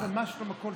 מה שלום הקול?